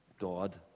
God